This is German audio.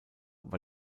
war